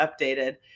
updated